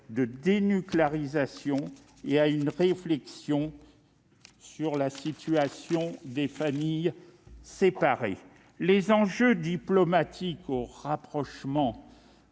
de dénucléarisation, et à une réflexion sur la situation des familles séparées. Les enjeux diplomatiques sont